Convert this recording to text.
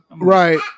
right